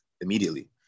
immediately